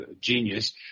genius